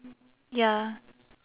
ya